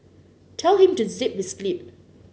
tell him to zip his lip